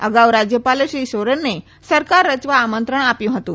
અગાઉ રાજયપાલે શ્રી સોરેનને સરકાર રચવા આમંત્રણ આપ્યુ હતું